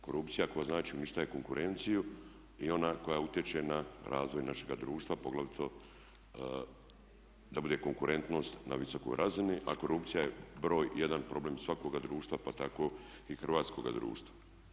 Korupcija koja znači unište konkurenciju i ona koja utječe na razvoj našega društva, poglavito da bude konkurentnost na visokoj razini a korupcija je broj 1. problem svakoga društva, pa tako i hrvatskoga društva.